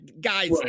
guys